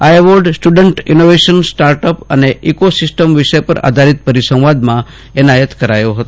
આ award student innovation startup અને ecosystem વિષય પર આયોજિત પરિસંવાદમાં એનાયત કરાયો હતો